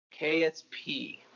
KSP